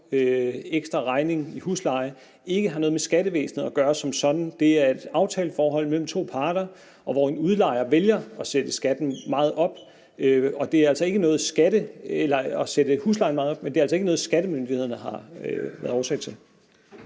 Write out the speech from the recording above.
ekstraregning i husleje, ikke har noget med skattevæsenet at gøre som sådan. Det er et aftaleforhold mellem to parter, hvor en udlejer vælger at sætte huslejen meget op. Det er altså ikke noget, skattemyndighederne har været årsag til. Kl.